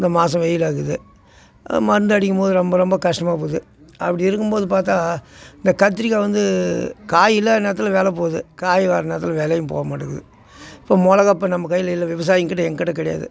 இந்த மாதம் வெயிலாக இருக்குது மருந்து அடிக்கும் போது ரொம்ப ரொம்ப கஸ்டமாக போது அப்படி இருக்கும் போது பார்த்தா இந்த கத்திரிக்காய் வந்து காய் இல்லாத நேரத்தில் வில போது காய் வர நேரத்தில் விலையும் போமாட்டேங்குது இப்போ மிளகா இப்போ நம்ம கையில் இல்லை விவசாயிங்கள்கிட்ட எங்கள்கிட்ட கிடையாது